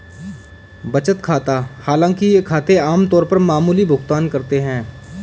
बचत खाता हालांकि ये खाते आम तौर पर मामूली भुगतान करते है